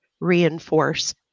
reinforce